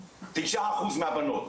9 אחוז מהבנות,